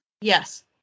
Yes